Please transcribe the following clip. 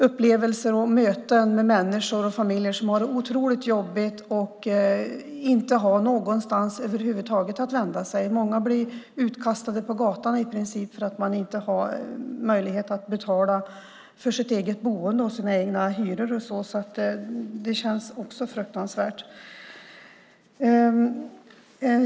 De möter många människor och familjer som har det otroligt jobbigt och inte har någonstans att vända sig över huvud taget. Många blir i princip utkastade på gatan för att de inte har möjlighet att betala för sitt eget boende. Det känns också fruktansvärt.